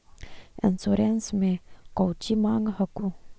Insurance मे कौची माँग हको?